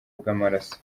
bw’amaraso